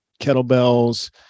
kettlebells